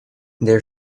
their